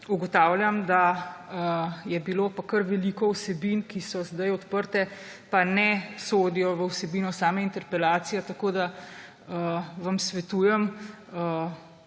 Ugotavljam, da je bilo pa kar veliko vsebin, ki so zdaj odprte, pa ne sodijo v vsebino same interpelacije. Tako vam svetujem,